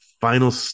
final